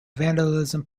vandalism